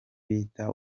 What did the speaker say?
bita